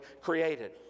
created